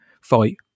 fight